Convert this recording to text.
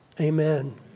amen